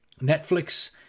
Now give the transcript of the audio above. netflix